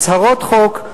הצהרות חוק,